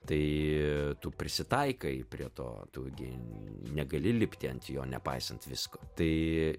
tai tu prisitaikai prie to tu gi negali lipti ant jo nepaisant visko tai